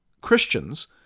Christians